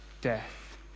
death